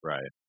Right